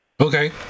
Okay